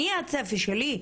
הצפי שלי,